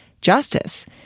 justice